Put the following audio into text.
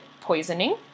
poisoning